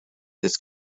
this